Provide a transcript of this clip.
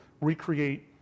recreate